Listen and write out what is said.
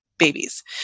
babies